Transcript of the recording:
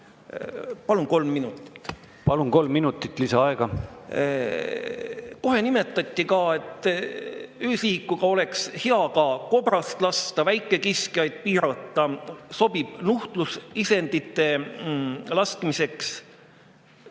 Palun! Kolm minutit lisaaega. Palun! Kolm minutit lisaaega. Kohe nimetati ka, et öösihikuga oleks hea veel kobrast lasta, väikekiskjate arvu piirata, see sobib nuhtlusisendite laskmiseks.